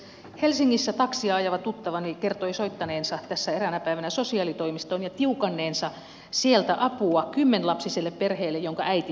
helsingissä taksia ajava tuttavani kertoi soittaneensa tässä eräänä päivänä sosiaalitoimistoon ja tiukanneensa sieltä apua kymmenlapsiselle perheelle jonka äiti sairastui